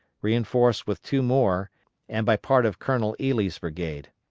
reinforced with two more and by part of colonel ely's brigade.